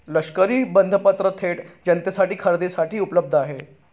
लष्करी बंधपत्र थेट जनतेसाठी खरेदीसाठी उपलब्ध आहेत